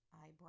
Eyebrow